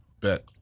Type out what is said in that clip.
bet